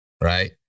right